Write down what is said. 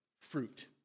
fruit